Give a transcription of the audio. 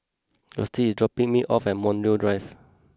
Gustie is dropping me off at Montreal Drive